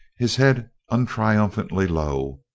his head untriumphantly low,